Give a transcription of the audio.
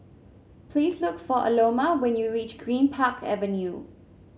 please look for Aloma when you reach Greenpark Avenue